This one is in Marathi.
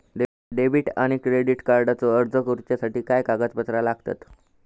डेबिट आणि क्रेडिट कार्डचो अर्ज करुच्यासाठी काय कागदपत्र लागतत?